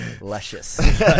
Luscious